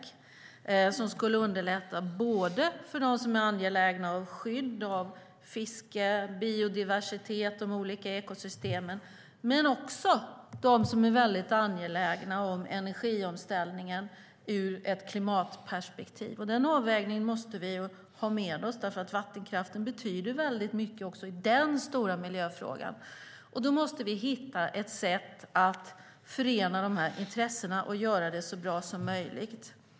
Ett sådant skulle underlätta både för dem som är angelägna om skydd av fiske, biodiversitet och de olika ekosystemen och för dem som är angelägna om energiomställningen ur ett klimatperspektiv. Den avvägningen måste vi ha med oss, för vattenkraften betyder mycket också i den stora miljöfrågan. Vi måste hitta ett sätt att förena dessa intressen och göra det så bra som möjligt.